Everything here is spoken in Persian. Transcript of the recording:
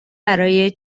برای